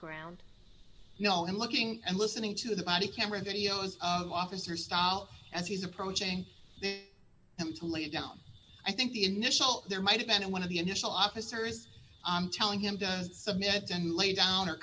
ground you know in looking and listening to the body camera videos of officer stahl as he's approaching them to lay down i think the initial there might have been one of the initial officers on telling him does submit and lay down or